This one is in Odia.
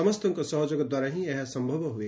ସମସ୍ତଙ୍କ ସହଯୋଗ ଦ୍ୱାରା ହି ଏହା ସମ୍ତବ ହୁଏ